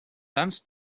sants